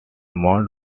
mount